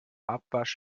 abwasch